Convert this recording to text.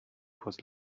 was